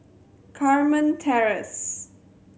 Carmen Terrace